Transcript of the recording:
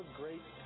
great